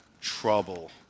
trouble